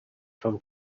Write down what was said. from